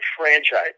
franchise